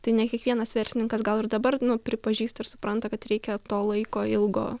tai ne kiekvienas verslininkas gal ir dabar pripažįsta ir supranta kad reikia to laiko ilgo